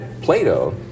Plato